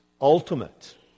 ultimate